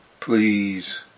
Please